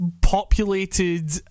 populated